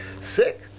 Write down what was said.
sick